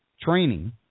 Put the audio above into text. training